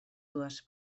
dues